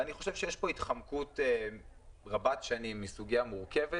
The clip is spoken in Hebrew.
אני חושב שיש כאן התחמקות רבת שנים מסוגיה מורכבת